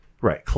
Right